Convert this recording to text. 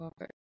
Okay